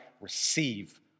receive